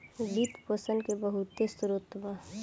वित्त पोषण के बहुते स्रोत बा